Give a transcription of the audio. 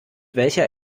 welcher